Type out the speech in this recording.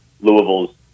Louisville's